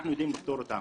אנחנו יודעים לפתור אותן.